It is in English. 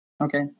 Okay